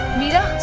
meera!